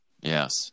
yes